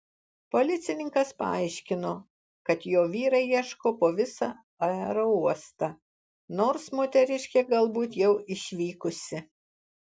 policininkas paaiškino kad jo vyrai ieško po visą aerouostą nors moteriškė galbūt jau išvykusi